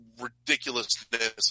ridiculousness